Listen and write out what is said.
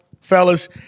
fellas